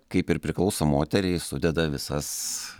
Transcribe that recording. kaip ir priklauso moteriai sudeda visas